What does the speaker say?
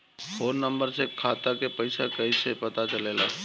Phone number से खाता के पइसा कईसे पता चलेला?